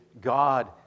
God